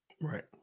Right